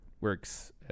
works